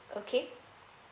okay